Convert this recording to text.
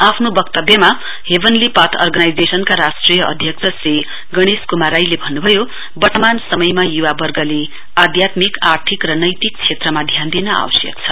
आफ्नो वक्तव्यमा heavenly path अर्गनाइजेसनका राष्ट्रिय अध्यक्ष श्री गणेत कुमार राईले भन्नुभयो वर्तमान समयमा युवावर्ग आध्यत्मिक आर्थिक र नैतिक क्षेत्रमा ध्यान दिन आवश्यक छ